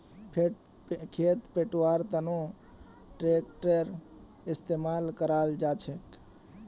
खेत पैटव्वार तनों ट्रेक्टरेर इस्तेमाल कराल जाछेक